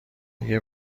اگه